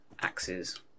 axes